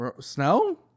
Snow